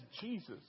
Jesus